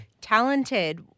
talented